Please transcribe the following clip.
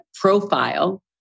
profile